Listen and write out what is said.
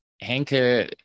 Henkel